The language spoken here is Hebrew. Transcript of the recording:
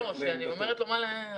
לא, אני עוזרת לו מה להגיד.